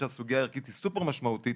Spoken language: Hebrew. למרות שהסוגייה הערכית היא סופר משמעותית,